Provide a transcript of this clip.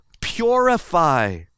purify